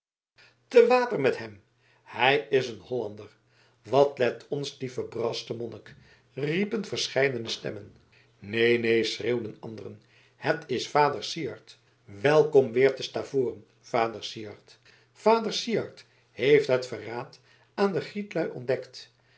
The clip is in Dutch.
te water met hem hij is een hollander wat let ons die verbraste monnik riepen verscheidene stemmen neen neen schreeuwden anderen het is vader syard welkom weer te stavoren vader syard vader syard heeft het verraad aan de grietlui ontdekt